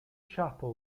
chapel